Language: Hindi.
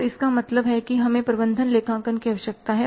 तो इसका मतलब है कि हमें प्रबंधन लेखांकन की आवश्यकता है